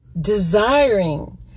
desiring